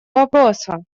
вопроса